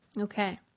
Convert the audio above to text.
Okay